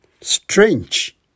Strange